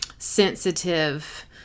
sensitive